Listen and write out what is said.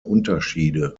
unterschiede